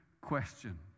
question